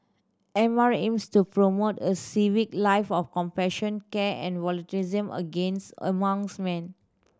M R aims to promote a civic life of compassion care and volunteerism against amongst man